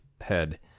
head